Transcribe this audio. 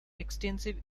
extensive